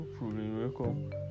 welcome